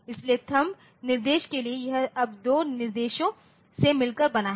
इसलिएथंब निर्देश के लिए यह अब दो निर्देशों से मिलकर बना है